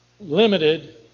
limited